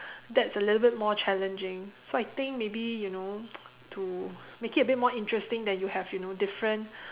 that's a little bit more challenging so I think maybe you know to make it a bit more interesting that you have you know different